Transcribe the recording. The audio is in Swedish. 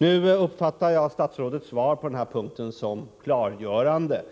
Jag uppfattar emellertid statsrådets svar på den här punkten som klargörande,